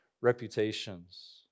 reputations